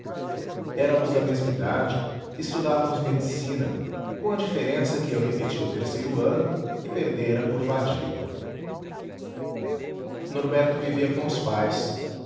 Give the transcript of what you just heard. éramos da mesma idade estudávamos medicina com a diferença que eu repetia o terceiro ano que perdera por vadio norberto vivia com os pais